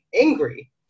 angry